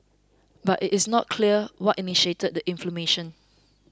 but it is not clear what initiated the inflammation